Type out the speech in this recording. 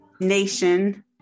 nation